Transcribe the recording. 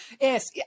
yes